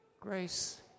grace